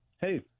Hey